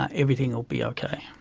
ah everything will be ok.